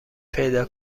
پیدا